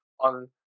on